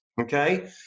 Okay